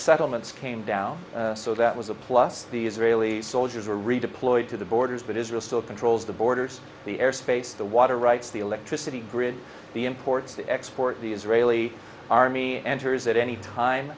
settlements came down so that was a plus the israeli soldiers were redeployed to the borders but israel still controls the borders the air space the water rights the electricity grid the imports the export the israeli army enters at any